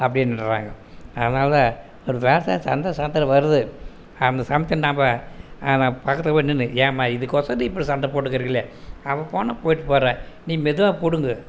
அப்படின்றாங்க அதனால் ஒரு நேரத்தில் சண்டை சச்சரவு வருது அந்த சமயத்தில் நம்ப பக்கத்தில் போய் நின்று ஏம்மா இதுக்கோசரம் நீ இப்படி சண்டை போட்டுக்குறீங்களே அவள் போனால் போய்ட்டு போகிறா நீ மெதுவாக பிடுங்கு